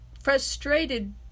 frustrated